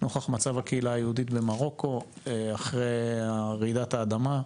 נוכח מצב הקהילה היהודית במרוקו אחרי רעידת האדמה.